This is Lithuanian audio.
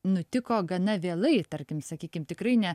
nutiko gana vėlai tarkim sakykim tikrai ne